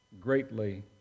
greatly